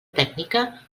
tècnica